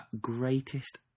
greatest